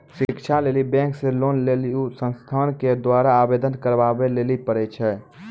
शिक्षा लेली बैंक से लोन लेली उ संस्थान के द्वारा आवेदन करबाबै लेली पर छै?